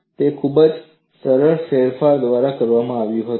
તે ખૂબ જ સરળ ફેરફાર દ્વારા કરવામાં આવ્યું હતું